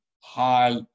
high